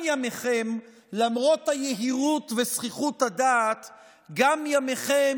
למרות היהירות וזחיחות הדעת גם ימיכם,